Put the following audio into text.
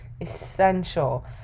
essential